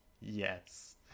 Yes